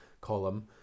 column